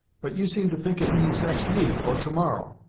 but you seem to think it means next week, or to-morrow!